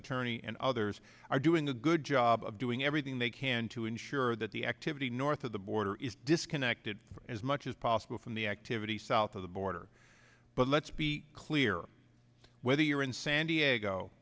attorney and others are doing a good job of doing everything they can to ensure that the activity north of the border is disconnected as much as possible from the activity south of the border but let's be clear whether you're in san diego